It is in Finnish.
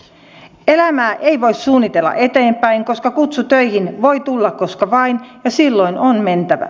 elämää ei voi suunnitella eteenpäin koska kutsu töihin voi tulla koska vain ja silloin on mentävä